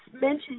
mention